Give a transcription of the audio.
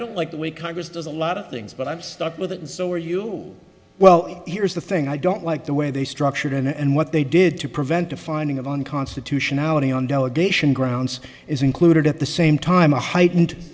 don't like the way congress does a lot of things but i'm stuck with it and so are you well here's the thing i don't like the way they structured and what they did to prevent a finding of unconstitutionality on delegation grounds is included at the same time a heightened